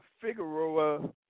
Figueroa